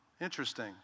Interesting